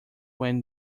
when